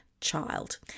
child